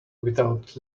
without